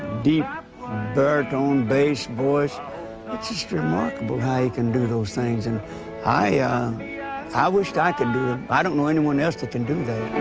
deep baritone bass voice its just remarkable how he can do those things and i i wished i could do em', i don't know anyone else that can do that!